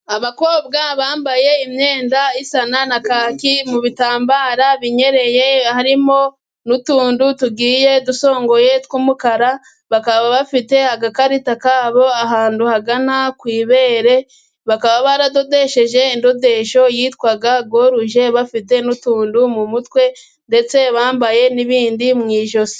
Abakobwa bambaye imyenda isa na kaki mu bitambara binyereye, harimo n'utuntu tugiye dusongoye tw'umukara. Bakaba bafite agakarita kabo ahantu hagana ku ibere, bakaba baradodesheje indodesho yitwa goruje, bafite n'utuntu mu mutwe ndetse bambaye n'ibindi mu ijosi.